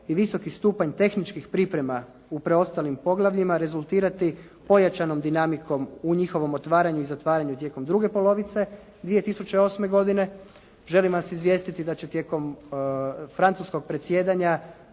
i visoki stupanj tehničkih priprema u preostalim poglavljima rezultirati pojačanom dinamikom u njihovom otvaranju i zatvaranju tijekom druge polovice 2008. godine. Želim vas izvijestiti da će tijekom francuskog predsjedanja